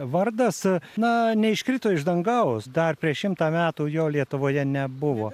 vardas na neiškrito iš dangaus dar prieš šimtą metų jo lietuvoje nebuvo